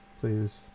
please